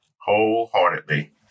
wholeheartedly